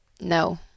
No